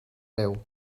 deu